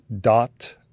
dot